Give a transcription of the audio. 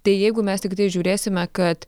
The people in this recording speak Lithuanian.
tai jeigu mes tiktai žiūrėsime kad